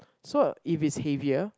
so if it's heavier